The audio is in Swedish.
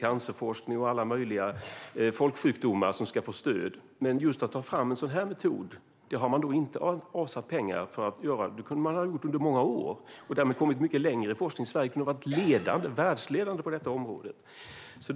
Cancerforskning och alla möjliga folksjukdomar pekas ut för att få stöd, men för att ta fram en sådan metod har man inte avsatt pengar. Det hade man kunnat göra under många år och därmed kommit mycket längre i forskningen. Sverige hade kunnat vara världsledande på området.